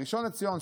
הראשון לציון,